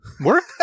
Work